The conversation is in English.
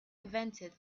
invented